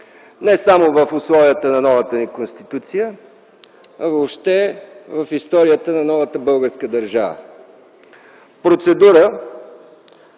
не само в условията на новата ни Конституция, а въобще в историята на новата българска държава. Процедура,